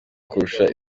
kurusha